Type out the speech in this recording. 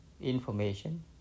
information